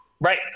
Right